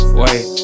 wait